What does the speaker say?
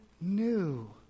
new